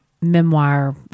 memoir